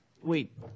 Wait